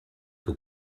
que